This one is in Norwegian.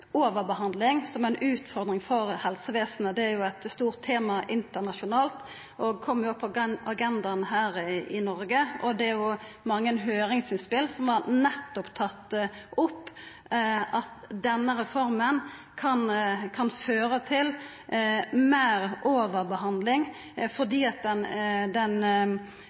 overbehandling som ei utfordring for helsevesenet. Det er eit stort tema internasjonalt og kjem på agendaen òg her i Noreg. Det er mange høyringsinnspel som nettopp har tatt opp at denne reforma kan føra til meir overbehandling fordi